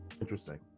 Interesting